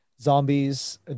zombies